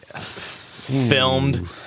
filmed